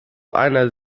einer